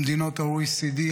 במדינות ה-OECD,